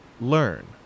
learn